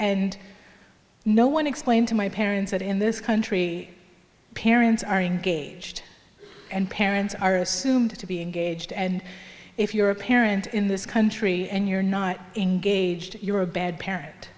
and no one explained to my parents that in this country parents are engaged and parents are assumed to be engaged and if you're a parent in this country and you're not engaged you're a bad parent